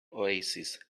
oasis